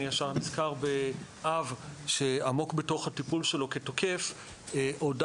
אני ישר נזכר באב שעמוק בתוך הטיפול שלו כתוקף הודה